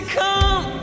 come